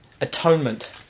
atonement